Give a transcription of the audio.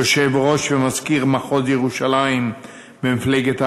יושב-ראש ומזכיר מחוז ירושלים במפלגת העבודה,